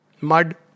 Mud